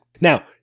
now